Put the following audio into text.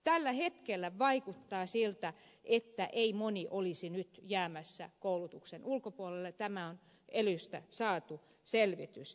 tällä hetkellä vaikuttaa siltä että moni ei olisi nyt jäämässä koulutuksen ulkopuolelle tämä on elystä saatu selvitys